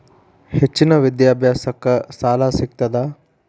ಹೆಚ್ಚಿನ ವಿದ್ಯಾಭ್ಯಾಸಕ್ಕ ಸಾಲಾ ಸಿಗ್ತದಾ?